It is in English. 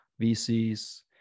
VCs